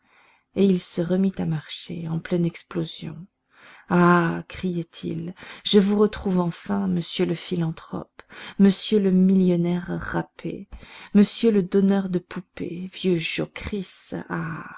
et il se remit à marcher en pleine explosion ah criait-il je vous retrouve enfin monsieur le philanthrope monsieur le millionnaire râpé monsieur le donneur de poupées vieux jocrisse ah